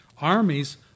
armies